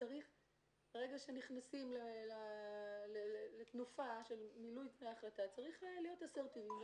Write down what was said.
ברגע שנכנסים לתנופה של מילוי תנאי החלטה צריך להיות אסרטיביים.